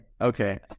Okay